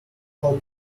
hope